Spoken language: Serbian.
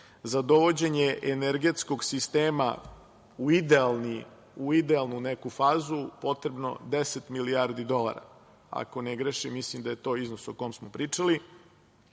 za dovođenje energetskog sistema u idealnu neku fazu, potrebno 10 milijardi dolara, ako ne grešim, mislim da je to iznos o kom smo pričali,